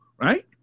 right